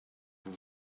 vous